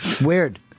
Weird